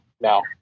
No